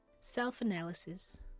Self-analysis